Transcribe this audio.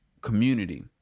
community